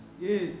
Yes